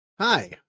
Hi